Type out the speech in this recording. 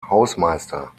hausmeister